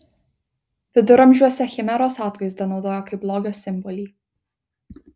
viduramžiuose chimeros atvaizdą naudojo kaip blogio simbolį